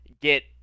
get